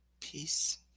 peace